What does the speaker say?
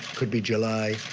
could be july,